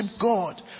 God